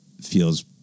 feels